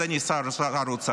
אדוני שר האוצר.